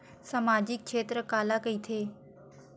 सामजिक क्षेत्र काला कइथे?